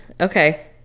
okay